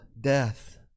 death